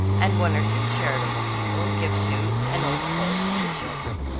and one or two charitable people give shoes and old clothes to the children.